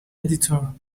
editor